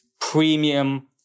premium